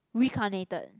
reincarnated